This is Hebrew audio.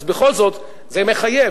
אז בכל זאת, זה מחייב.